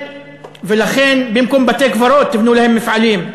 במקום בתי-קברות תבנו להם מפעלים.